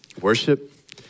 worship